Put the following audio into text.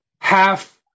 half-